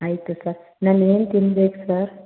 ಆಯಿತು ಸರ್ ನಾನು ಏನು ತಿನ್ಬೇಕು ಸರ್